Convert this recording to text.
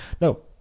No